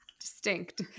Distinct